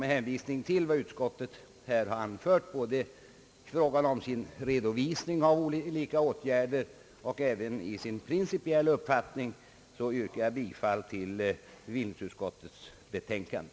Med hänvisning till vad utskottet har anfört, både i fråga om sin redovisning av olika åtgärder som i sin principiella uppfattning, yrkar jag bifall till bevillningsutskottets betänkande.